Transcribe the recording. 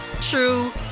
true